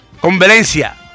Convalencia